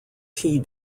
tea